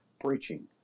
preaching